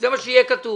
זה מה שיהיה כתוב